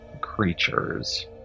creatures